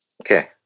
Okay